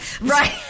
right